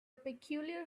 peculiar